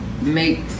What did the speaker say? make